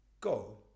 go